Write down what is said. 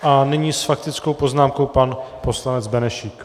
A nyní s faktickou poznámkou pan poslanec Benešík.